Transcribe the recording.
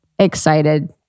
excited